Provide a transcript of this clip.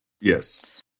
Yes